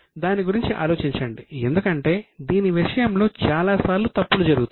దాని గురించి ఆలోచించండి ఎందుకంటే దీని విషయంలో చాలా సార్లు తప్పులు జరుగుతాయి